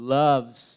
loves